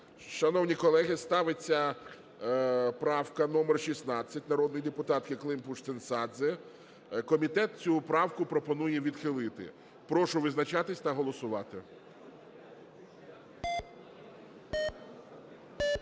Шановні колеги, ставиться правка номер 16 народної депутатки Климпуш-Цинцадзе. Комітет цю правку пропонує відхилити. Прошу визначатись та голосувати.